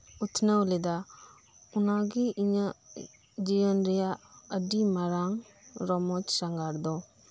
ᱩᱛᱷᱱᱟᱹᱣ ᱞᱮᱫᱟ ᱚᱱᱟᱜᱤ ᱤᱧᱟᱹᱜ ᱡᱤᱭᱚᱱ ᱨᱮᱭᱟᱜ ᱟᱹᱰᱤ ᱢᱟᱨᱟᱝ ᱨᱚᱢᱚᱡ ᱥᱟᱸᱜᱷᱟᱨ ᱫᱚ